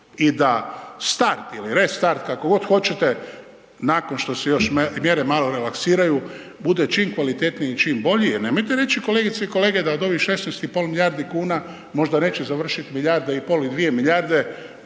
i da start ili restart kako god hoćete, nakon što se mjere malo relaksiraju budu čim kvalitetniji i čim bolje jer nemojte reći kolegice i kolege da od ovih 16,5 milijardi kuna može neće završiti milijarda i pol ili dvije milijarde